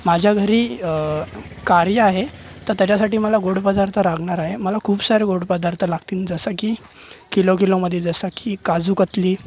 माझ्या घरी कार्य आहे तर त्याच्यासाठी मला गोड पदार्थ लागणार आहे मला खूप सारे गोड पदार्थ लागतील जसं की किलो किलोमध्ये जसं की काजू कतली